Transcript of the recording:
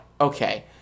okay